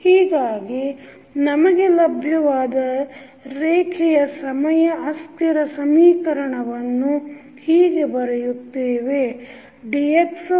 ಹೀಗಾಗಿ ನಮಗೆ ಲಬ್ಯವಾದ ರೇಖೆಯ ಸಮಯ ಅಸ್ಥಿರ ಸಮೀಕರಣವನ್ನು ಹೀಗೆ ಬರೆಯುತ್ತೇವೆ